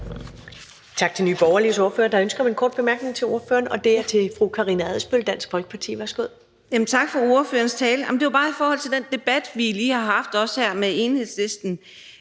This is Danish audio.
Tak til Nye Borgerliges ordfører. Der er ønske om en kort bemærkning til ordføreren, og det er fra fru Karina Adsbøl, Dansk Folkeparti. Værsgo. Kl. 11:07 Karina Adsbøl (DF): Tak for ordførerens tale. Det var bare i forhold til den debat, vi lige har haft, også her med Enhedslisten.